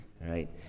right